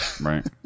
Right